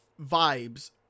vibes